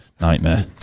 nightmare